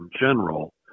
general